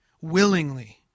willingly